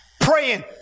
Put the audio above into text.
praying